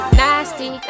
nasty